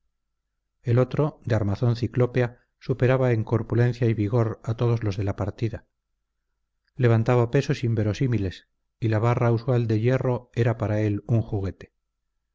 el otro de armazón ciclópea superaba en corpulencia y vigor a todos los de la partida levantaba pesos inverosímiles y la barra usual de hierro era para él un juguete